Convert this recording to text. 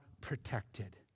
protected